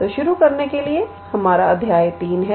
तो शुरू करने के लिए हमारा अध्याय 3 है